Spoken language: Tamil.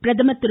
பிரதமர் திரு